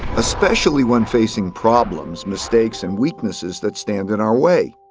especially when facing problems, mistakes, and weaknesses that stand in our way.